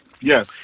Yes